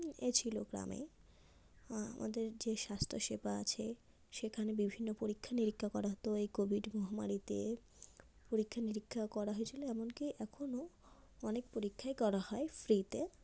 এ ছিল গ্রামে আমাদের যে স্বাস্থ্যসেবা আছে সেখানে বিভিন্ন পরীক্ষা নিরীক্ষা করা হতো এই কোভিড মহামারিতে পরীক্ষা নিরীক্ষা করা হয়েছিলো এমনকি এখনো অনেক পরীক্ষাই করা হয় ফ্রিতে